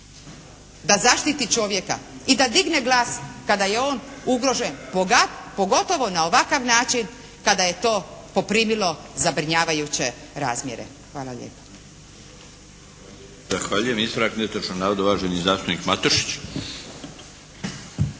da zaštiti čovjeka i da digne glas kada je on ugrožen. Pogotovo na ovakav način kada je to poprimilo zabrinjavajuće razmjere. Hvala lijepa.